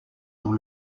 dans